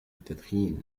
التدخين